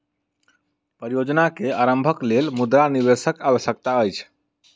परियोजना के आरम्भक लेल मुद्रा निवेशक आवश्यकता अछि